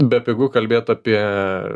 bepigu kalbėt apie